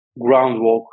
groundwork